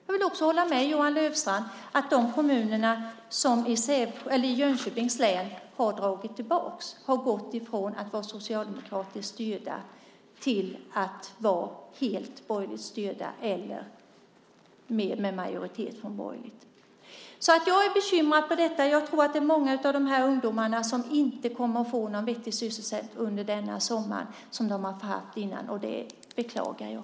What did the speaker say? Jag vill hålla med Johan Löfstrand. De kommuner i Jönköpings län som har dragit tillbaka jobb har gått från att vara socialdemokratiskt styrda till att vara helt borgerligt styrda eller med borgerlig majoritet. Jag är bekymrad över detta. Jag tror att många av de här ungdomarna inte kommer att få någon vettig sysselsättning under denna sommar, vilket de har haft tidigare. Det beklagar jag.